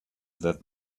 that